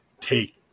take